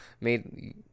made